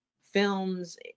films